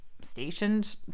stationed